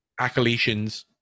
accolations